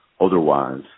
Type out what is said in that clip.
otherwise